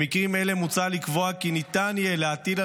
במקרים אלה מוצע לקבוע כי ניתן יהיה להטיל על